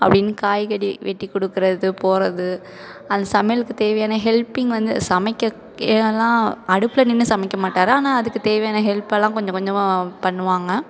அப்படினு காய்கறி வெட்டிக் கொடுக்குறது போகிறது அந்த சமையலுக்கு தேவையான ஹெல்ப்பிங் வந்து சமைக்க என்னெல்லாம் அடுப்பில நின்று சமைக்க மாட்டார் ஆனால் அதுக்கு தேவையான ஹெல்ப்பெல்லாம் கொஞ்சம் கொஞ்சம் பண்ணுவாங்க